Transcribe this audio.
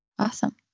awesome